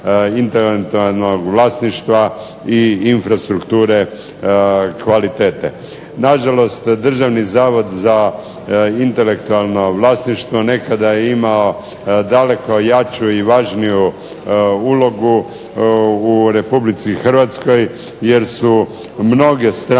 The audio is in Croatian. intelektualnog vlasništva i infrastrukture kvalitete. Nažalost, Državni zavod za intelektualno vlasništvo nekada je imao daleko jaču i važniju ulogu u Republici Hrvatskoj jer su mnoge strane